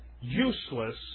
useless